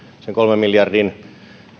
kolmen miljardin